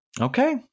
Okay